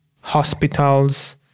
hospitals